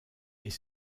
est